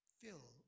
fill